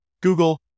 Google